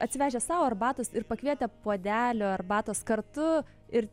atsivežę sau arbatos ir pakvietę puodelio arbatos kartu ir